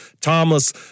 Thomas